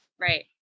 Right